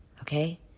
Okay